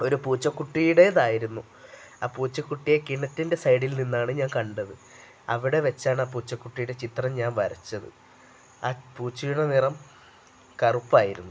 ഒരു പൂച്ചക്കുട്ടിയുടേതായിരുന്നു ആ പൂച്ചക്കുട്ടിയെ കിണറ്റിൻ്റെ സൈഡിൽ നിന്നാണ് ഞാൻ കണ്ടത് അവിടെ വെച്ചാണ് ആ പൂച്ചക്കുട്ടിയുടെ ചിത്രം ഞാൻ വരച്ചത് ആ പൂച്ചയുടെ നിറം കറുപ്പായിരുന്നു